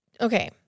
okay